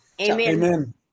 Amen